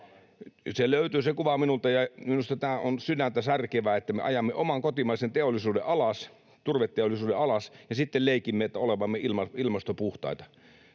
Se kuva minulta löytyy, ja minusta tämä on sydäntäsärkevää, että me ajamme oman kotimaisen teollisuuden alas, turveteollisuuden alas, ja sitten leikimme olevamme ilmastopuhtaita